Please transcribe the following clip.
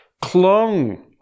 clung